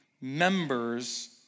members